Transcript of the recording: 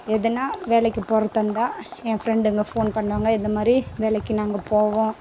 எதனா வேலைக்கு போகறதா இருந்தால் என் ஃப்ரெண்டுங்க ஃபோன் பண்ணுவாங்க இது மாதிரி வேலைக்கு நாங்கள் போவோம்